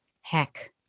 Heck